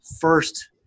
first